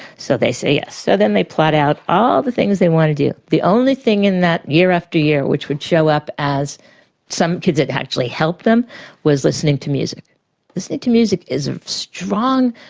so they say yes. so then they plot out all the things they want to do, the only thing in that, year after year which would show up as some kids it actually helped them was listening to music. listening to music is a strong,